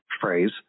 phrase